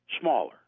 smaller